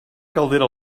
caldera